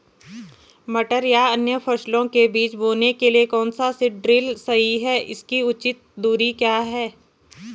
मटर या अन्य फसलों के बीज बोने के लिए कौन सा सीड ड्रील सही है इसकी उचित दूरी क्या है?